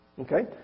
Okay